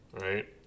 right